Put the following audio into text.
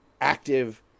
active